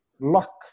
luck